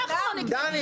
דני גיגי,